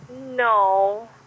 No